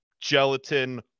gelatin